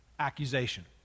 accusation